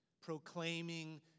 proclaiming